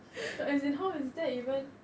but as in how is that even